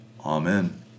Amen